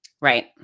Right